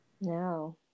No